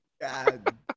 God